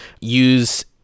use